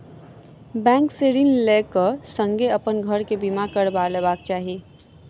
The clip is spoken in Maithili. बैंक से ऋण लै क संगै अपन घर के बीमा करबा लेबाक चाही